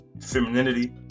femininity